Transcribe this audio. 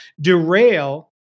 derail